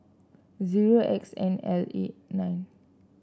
zero X N L eight nine